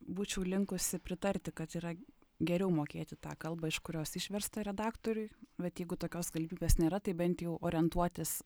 būčiau linkusi pritarti kad yra geriau mokėti tą kalbą iš kurios išversta redaktoriui bet jeigu tokios galimybės nėra tai bent jau orientuotis